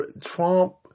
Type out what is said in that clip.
Trump